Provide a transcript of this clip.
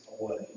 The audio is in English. away